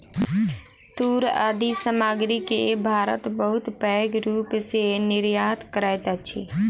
तूर आदि सामग्री के भारत बहुत पैघ रूप सॅ निर्यात करैत अछि